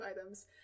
items